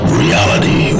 reality